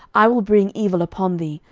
i will bring evil upon thee,